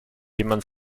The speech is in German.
jemand